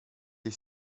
est